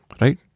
right